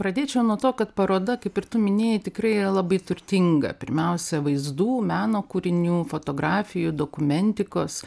pradėčiau nuo to kad paroda kaip ir tu minėjai tikrai labai turtinga pirmiausia vaizdų meno kūrinių fotografijų dokumentikos